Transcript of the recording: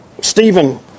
Stephen